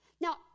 Now